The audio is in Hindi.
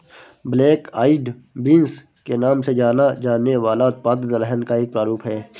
ब्लैक आईड बींस के नाम से जाना जाने वाला उत्पाद दलहन का एक प्रारूप है